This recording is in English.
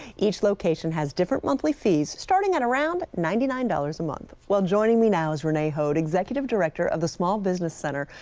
each location has different monthly fees, starting at around ninety nine dollars a month. well, joining me now is renee hode, executive director of the small business center,